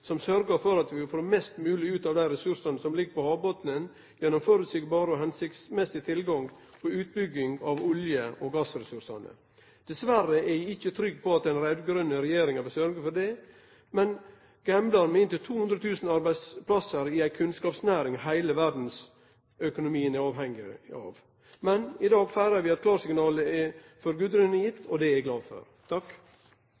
som sørgjer for at vi får mest mogleg ut av dei ressursane som ligg på havbotnen, gjennom føreseieleg og hensiktsmessig tilgang og utbygging av olje- og gassressursane. Dessverre er eg ikkje trygg på at den raud-grøne regjeringa vil sørgje for det, men vil gamble med inntil 200 000 arbeidsplassar i ei kunnskapsnæring heile verdsøkonomien er avhengig av. Men i dag feirar vi at klarsignalet for Gudrun er